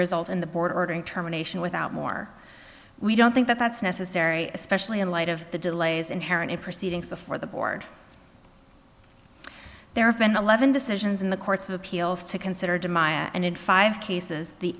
result in the board ordering terminations without more we don't think that that's necessary especially in light of the delays inherent in proceedings before the board there have been eleven decisions in the courts of appeals to consider to my and in five cases the